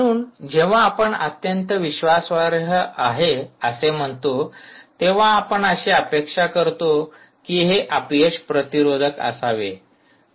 म्हणून जेव्हा आपण अत्यंत विश्वासार्ह आहे असे म्हणतो तेव्हा आपण अशी अपेक्षा करतो कि हे अपयश प्रतिरोधक असावे